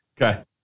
Okay